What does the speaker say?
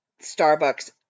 Starbucks